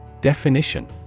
definition